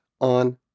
on